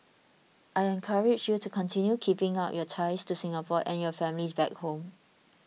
I encourage you to continue keeping up your ties to Singapore and your families back home